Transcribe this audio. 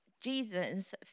Jesus